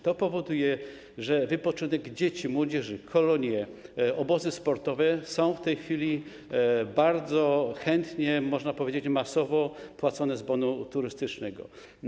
To powoduje, że wypoczynek dzieci, młodzieży, kolonie, obozy sportowe są w tej chwili bardzo chętnie, można powiedzieć, masowo opłacane z bonu turystycznego.